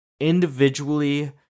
Individually